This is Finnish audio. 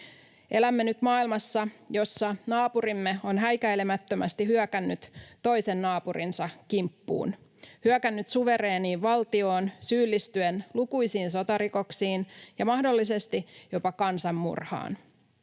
Elämme nyt maailmassa, jossa naapurimme on häikäilemättömästi hyökännyt toisen naapurinsa kimppuun, hyökännyt suvereeniin valtioon syyllistyen lukuisiin sotarikoksiin ja mahdollisesti jopa kansanmurhaan.